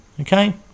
Okay